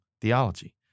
theology